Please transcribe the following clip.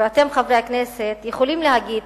ואתם, חברי הכנסת, יכולים להגיד